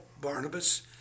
Barnabas